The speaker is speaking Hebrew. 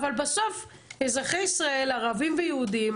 אבל בסוף, אזרחי ישראל, ערבים ויהודים